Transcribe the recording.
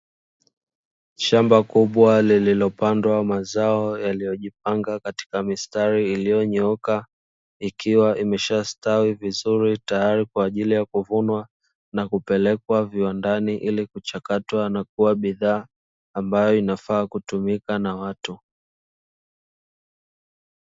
Shamba kubwa lililopandwa mazao yaliyojipanga katika mistari iliyonyooka, ikiwa imeshastawi vizuri tayari kwa ajili ya kuvunwa, na kupelekwa viwandani ili kuchakatwa na kuwa bidhaa ambayo inafaa kutumika na watu.